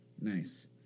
Nice